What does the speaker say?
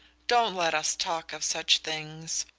don't let us talk of such things!